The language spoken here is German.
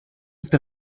ist